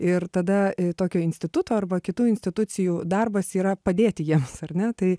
ir tada tokio instituto arba kitų institucijų darbas yra padėti jiems ar ne tai